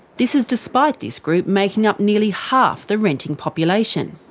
this is despite this group making up nearly half the renting population.